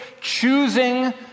choosing